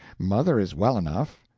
mother is well enough,